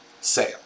sale